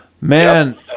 Man